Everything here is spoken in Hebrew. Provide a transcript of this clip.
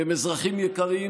והם אזרחים יקרים,